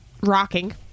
rocking